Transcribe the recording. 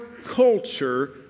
culture